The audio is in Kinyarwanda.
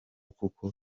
kuko